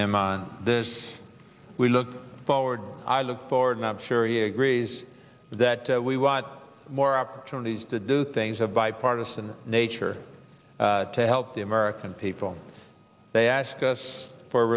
him on this we look forward i look forward and i'm sure he agrees that we want more opportunities to do things of bipartisan nature to help the american people they ask us for